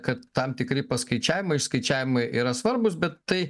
kad tam tikri paskaičiavimai išskaičiavimai yra svarbūs bet tai